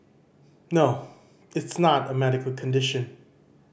no it's not a medical condition